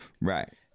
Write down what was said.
Right